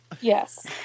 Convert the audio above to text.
Yes